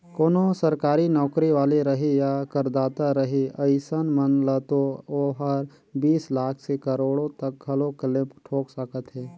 कोनो सरकारी नौकरी वाले रही या करदाता रही अइसन मन ल तो ओहर बीस लाख से करोड़ो तक घलो क्लेम ठोक सकत हे